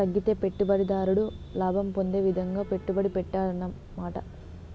తగ్గితే పెట్టుబడిదారుడు లాభం పొందే విధంగా పెట్టుబడి పెట్టాడన్నమాట